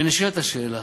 ונשאלת השאלה,